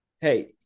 hey